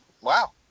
wow